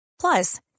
Plus